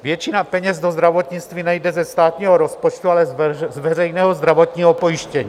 Většina peněz do zdravotnictví nejde ze státního rozpočtu, ale z veřejného zdravotního pojištění.